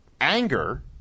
Anger –